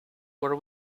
were